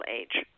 age